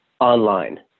online